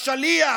השליח